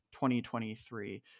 2023